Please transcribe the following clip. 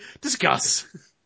Discuss